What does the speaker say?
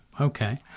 Okay